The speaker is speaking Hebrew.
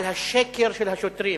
על השקר של השוטרים.